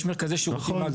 יש מרכזי שירותים נכון,